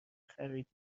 خرید